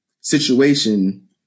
situation